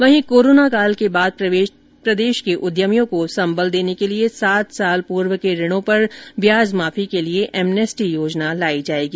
वहीं कोरोनाकाल के बाद प्रदेश के उद्यमियों को संबल देने के लिए सात साल पूर्व के ऋणों पर ब्याज माफी के लिए एमनेस्टी योजना लाई जाएगी